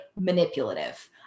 manipulative